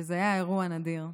וזה היה אירוע נדיר.